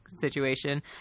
situation